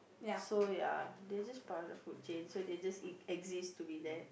so ya they just part of the food chain so they just exist to be there